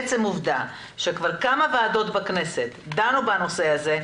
עצם העובדה שכמה ועדות בכנסת דנו בנושא הזה,